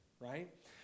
right